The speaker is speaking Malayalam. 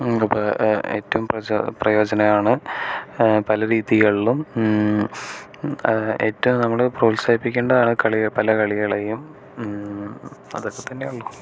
എറ്റവും പ്രയോജനമാണ് പല രീതികളിലും എറ്റവും നമ്മൾ പ്രോൽസാഹിപ്പിക്കേണ്ടതാണ് കളിയെ പല കളികളേയും അതൊക്കെ തന്നെയെ ഉള്ളൂ